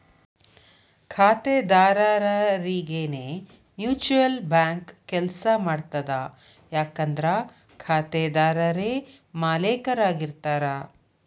ಖಾತೆದಾರರರಿಗೆನೇ mutual bank ಕೆಲ್ಸ ಮಾಡ್ತದ ಯಾಕಂದ್ರ ಖಾತೆದಾರರೇ ಮಾಲೇಕರಾಗಿರ್ತಾರ